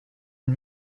une